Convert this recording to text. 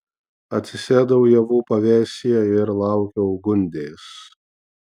atsisėdau ievų pavėsyje ir laukiau gundės